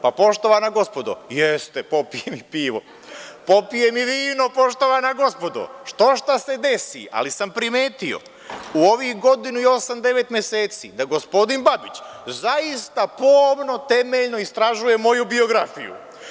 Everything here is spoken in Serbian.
Pa, poštovana gospodo, jeste, popijem i pivo, popijem i vino, poštovana gospodo, što šta se desi, ali sam primetio u ovih godinu i osam, devet meseci, da gospodin Babić, zaista pomno, temeljno istražuje moju biografiju.